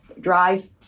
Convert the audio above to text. drive